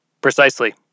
Precisely